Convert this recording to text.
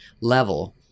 level